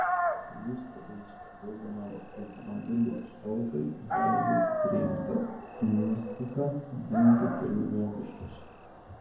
plūstelėjus papildomam automobilių srautui gali būti priimta nuostata didinti kelių mokesčius